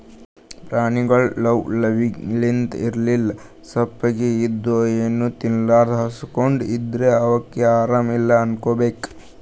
ಪ್ರಾಣಿಗೊಳ್ ಲವ್ ಲವಿಕೆಲಿಂತ್ ಇರ್ಲಿಲ್ಲ ಸಪ್ಪಗ್ ಇದ್ದು ಏನೂ ತಿನ್ಲಾರದೇ ಹಸ್ಕೊಂಡ್ ಇದ್ದರ್ ಅವಕ್ಕ್ ಆರಾಮ್ ಇಲ್ಲಾ ಅನ್ಕೋಬೇಕ್